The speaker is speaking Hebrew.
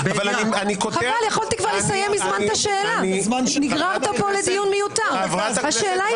כדי שיהיו שאלות קצרות